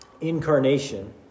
incarnation